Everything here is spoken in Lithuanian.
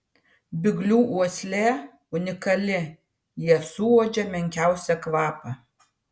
biglių uoslė unikali jie suuodžia menkiausią kvapą